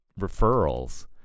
referrals